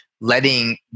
letting